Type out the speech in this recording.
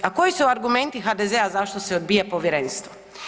A koji su argumenti HDZ-a zašto se odbija Povjerenstvo?